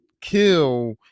kill